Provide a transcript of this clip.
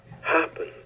happen